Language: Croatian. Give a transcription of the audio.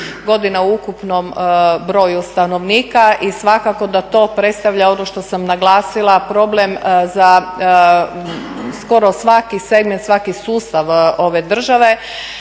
godina u ukupnom broju stanovnika i svakako da to predstavlja ono što sam naglasila problem za skoro svaki segment, svaki sustav ove države.